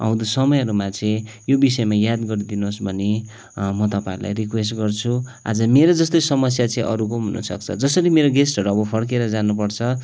आउँदो समयहरूमा चाहिँ यो विषयमा याद गरिदिनुहोस् भनी म तपाईँहरूलाई रिक्वेस्ट गर्छु आज मेरो जस्तै समस्या चाहिँ अरूको पनि हुनसक्छ जसरी मेरो गेस्टहरू अब फर्केर जानुपर्छ